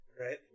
right